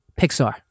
Pixar